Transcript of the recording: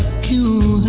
to